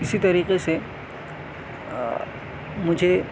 اسی طریقہ سے مجھے